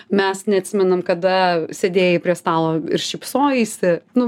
mes neatsimenam kada sėdėjai prie stalo ir šypsojaisi nu